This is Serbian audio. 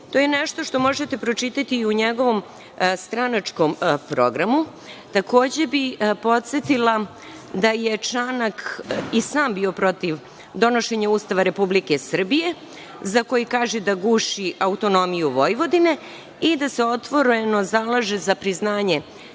To je nešto što možete pročitati u njegovom stranačkom programu. Takođe bih podsetila da je Čanak i sam bio protiv donošenja Ustava Republike Srbije, za koji kaže da guši autonomiju Vojvodine i da se otvoreno zalaže za priznanje